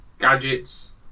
Gadgets